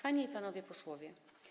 Panie i Panowie Posłowie!